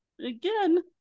again